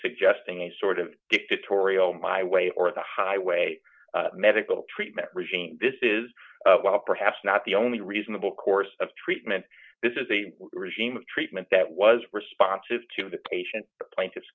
suggesting a sort of dictatorial my way or the highway medical treatment regime this is well perhaps not the only reasonable course of treatment this is a regime of treatment that was responsive to the patient plaintiff